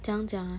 怎样讲啊